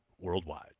worldwide